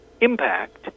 impact